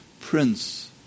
prince